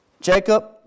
Jacob